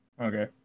okay